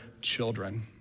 children